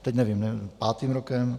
Teď nevím, pátým rokem?